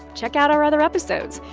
check out our other episodes.